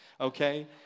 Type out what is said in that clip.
okay